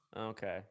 okay